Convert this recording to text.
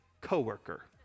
coworker